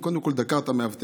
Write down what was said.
והוא קודם כול דקר את המאבטח.